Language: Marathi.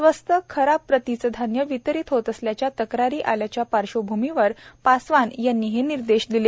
स्वस्त खराब प्रतीचं धान्य वितरित होत असल्याच्या तक्रारी आल्याच्या पार्श्वभूमीवर पासवान यांनी हे निर्देश दिले